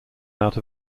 out